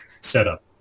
setup